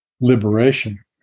liberation